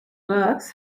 works